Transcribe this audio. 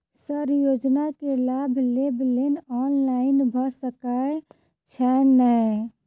Sir योजना केँ लाभ लेबऽ लेल ऑनलाइन भऽ सकै छै नै?